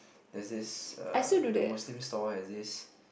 there's this err the Muslim store has this